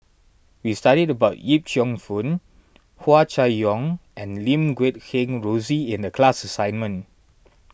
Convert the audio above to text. we studied about Yip Cheong Fun Hua Chai Yong and Lim Guat Kheng Rosie in the class assignment